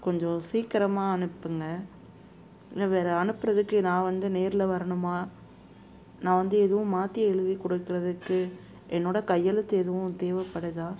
கொஞ்சம் சீக்கரமாக அனுப்புங்கள் ஏன்னா வேறு அனுப்புறதுக்கு நான் வந்து நேரில் வரணுமா நான் வந்து எதுவும் மாற்றி எழுதி கொடுக்குறதுக்கு என்னோட கையெழுத்து எதுவும் தேவைப்படுதா